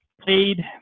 played